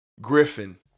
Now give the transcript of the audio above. Griffin